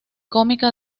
cómica